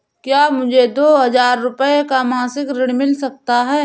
क्या मुझे दो हजार रूपए का मासिक ऋण मिल सकता है?